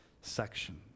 section